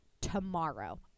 tomorrow